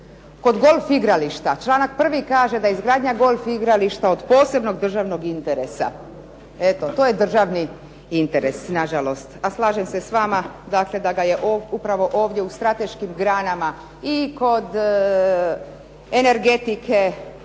Kod golf igrališta članak 1. kaže da izgradnja golf igrališta je od posebnog državnog interesa, eto to je državni interes na žalost. A slažem se s vama da ga je upravo u strateškim granama i kod energetike